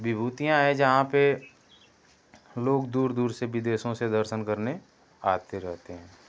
विभूतियाँ है जहाँ पे लोग दूर दूर से विदेशों से दर्शन करने आते रहते हैं